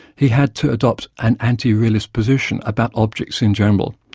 he had to adopt an anti-realist position about objects in general.